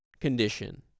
condition